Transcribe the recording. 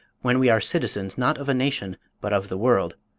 when we are citizens, not of a nation, but of the world,